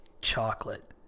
chocolate